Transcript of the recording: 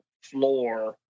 floor